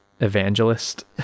evangelist